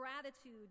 gratitude